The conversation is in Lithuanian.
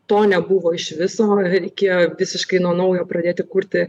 to nebuvo iš viso reikėjo visiškai nuo naujo pradėti kurti